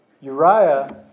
Uriah